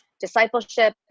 discipleship